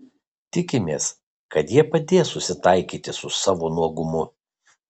tikimės kad jie padės susitaikyti su savo nuogumu